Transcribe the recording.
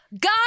God